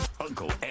Uncle